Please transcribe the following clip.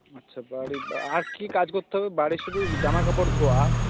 আচ্ছা বাড়ি আর কি কাজ করতে হবে বাড়ি শুধু জামাকাপড় ধোয়া আর